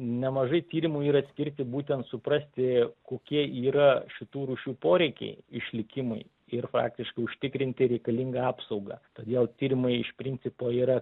nemažai tyrimų yra skirti būtent suprasti kokie yra šitų rūšių poreikiai išlikimui ir faktiškai užtikrinti reikalingą apsaugą todėl tyrimai iš principo yra